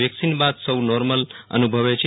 vaccine બાદ સૌ normal અનુ ભવે છે